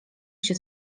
się